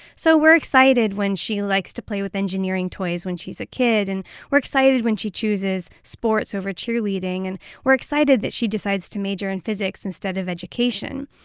so we're excited when she likes to play with engineering toys when she's a kid. and we're excited when she chooses sports over cheerleading. and we're excited that she decides to major in physics instead of education.